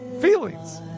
Feelings